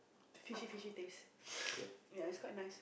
fishy fishy taste ya is quite nice